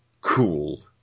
cool